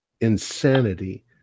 insanity